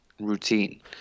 routine